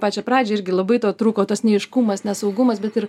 pačią pradžią irgi labai to trūko tas neaiškumas nesaugumas bet ir